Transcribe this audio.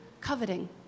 coveting